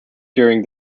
during